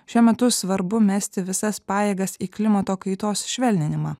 šiuo metu svarbu mesti visas pajėgas į klimato kaitos švelninimą